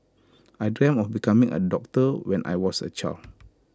I dreamt of becoming A doctor when I was A child